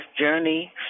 journey